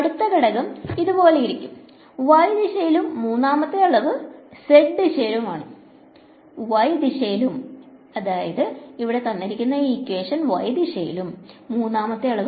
അടുത്ത ഘടകം ദിശയിലും മൂന്നാമത്തെ അളവ് z ദിശയിലും ആണ്